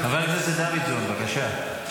--- חבר הכנסת דוידסון, בבקשה.